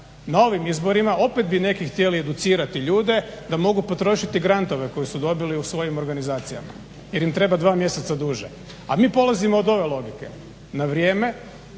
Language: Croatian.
na ovim izborima opet bi neki htjeli educirati ljude da mogu potrošiti grantove koje su dobili u svojim organizacijama jer im treba dva mjeseca duže. A mi polazimo od ove logike, na vrijeme,